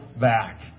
back